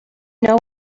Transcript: know